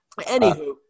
Anywho